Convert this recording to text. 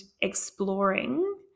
exploring